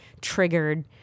triggered